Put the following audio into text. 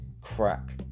crack